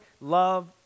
love